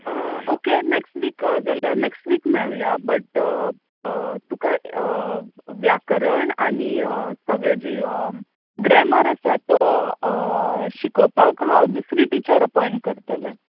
okay next week जाल्यार next week मेळया but तुका व्याकरण आनी सगळे जी ग्रॅमर आसा तो शिकोवपाक हांव दुसरी टिचर अपाॅयन्ट करतलें